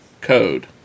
code